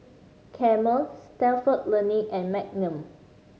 Camel Stalford Learning and Magnum